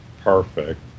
perfect